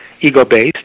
ego-based